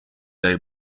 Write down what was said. day